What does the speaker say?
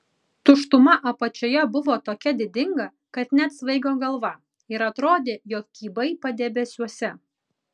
tuštuma apačioje buvo tokia didinga kad net svaigo galva ir atrodė jog kybai padebesiuose